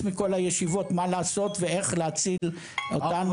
מכל הישיבות מה לעשות ואיך להציל אותנו.